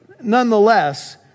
nonetheless